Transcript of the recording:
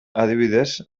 adibidez